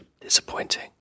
Disappointing